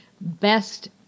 best